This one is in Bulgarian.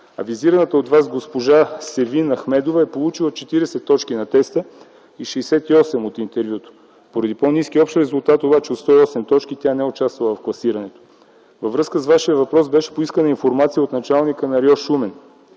а визираната от вас госпожо Севим Ахмедова е получила 40 точки на теста и 68 на интервюто. Поради по-ниския общ резултат обаче от 108 точки тя не е участвала в класирането. Във връзка с Вашия въпрос беше поискана информация от началника на РИО-Шумен,